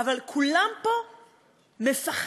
אבל כולם פה מפחדים.